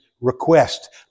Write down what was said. Request